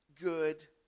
good